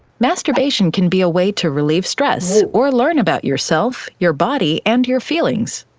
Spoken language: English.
masturbation can be a way to relieve stress or learn about yourself, your body, and your feelings.